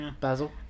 Basil